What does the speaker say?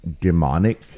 demonic